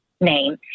name